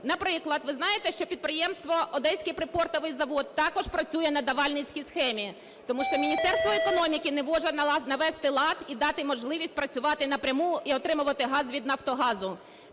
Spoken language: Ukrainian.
Наприклад, ви знаєте, що підприємство "Одеський припортовий завод" також працює на давальницькій схемі. Тому що Міністерство економіки не може навести лад і дати можливість працювати напряму і отримувати газ від "Нафтогазу".